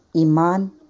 iman